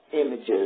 images